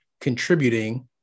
contributing